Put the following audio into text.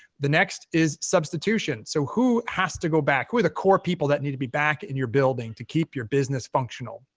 the next is substitution. so who has to go back? who are the core people that need to be back in your building to keep your business functional?